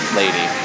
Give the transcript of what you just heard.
lady